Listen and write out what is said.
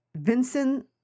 Vincent